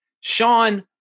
Sean